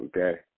Okay